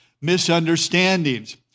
misunderstandings